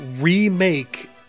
remake